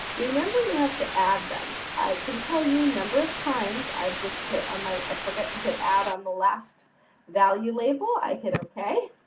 remember, you have to add them. i can tell you the number of times i've just hit on my i forget to hit add on the last value label, i hit okay,